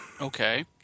Okay